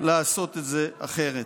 לעשות את זה אחרת.